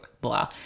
blah